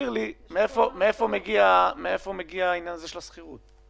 מאיפה מגיע העניין הזה של השכירות?